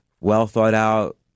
well-thought-out